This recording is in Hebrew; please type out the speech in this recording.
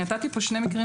אני נתתי פה שני מקרים,